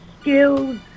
skills